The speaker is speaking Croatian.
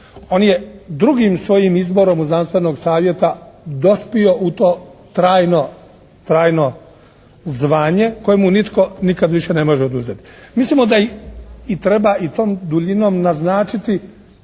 on je drugim svojim izborom od znanstvenog savjeta dospio u to trajno zvanje koje mu nitko nikad više ne može oduzeti. Mislimo da i treba i tom duljinom naznačiti